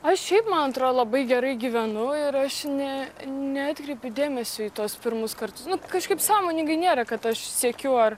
aš šiaip man atrodo labai gerai gyvenu ir aš ne neatkreipiu dėmesio į tuos pirmus kartus nu kažkaip sąmoningai nėra kad aš siekiu ar